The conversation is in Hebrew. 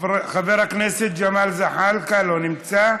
חבר הכנסת ג'מאל זחאלקה, לא נמצא,